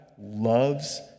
loves